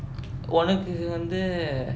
உனக்கு வந்து:unakku vanthu